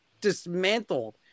dismantled